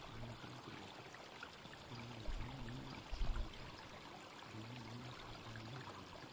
पानकं क्रियते एवं भिन्नभिन्नेषु उत्सवेषु भिन्नभिन्नानि खाद्यानि भवन्ति